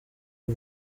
b’u